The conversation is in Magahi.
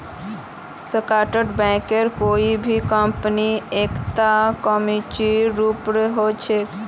स्टाक ब्रोकर कोई भी कम्पनीत एकता कर्मचारीर रूपत ह छेक